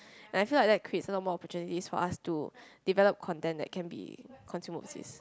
and I feel like that creates a lot more opportunities for us to develop content that can be consumed overseas